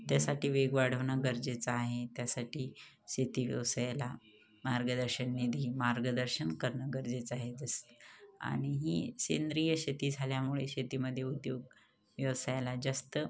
त्यासाठी वेग वाढवणं गरजेचं आहे त्यासाठी शेती व्यवसायाला मार्गदर्शन निधी मार्गदर्शन करणं गरजेचं आहे जस आणि ही सेंद्रिय शेती झाल्यामुळे शेतीमध्ये उद्योग व्यवसायाला जास्त